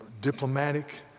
diplomatic